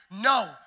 No